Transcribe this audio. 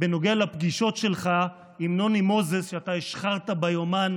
בנוגע לפגישות שלך עם נוני מוזס שאתה השחרת ביומן